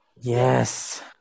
Yes